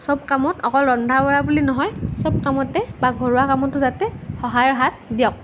চব কামত অকল ৰন্ধা বঢ়া বুলি নহয় চব কামতে বা ঘৰুৱা কামতো যাতে সহায়ৰ হাত দিয়ক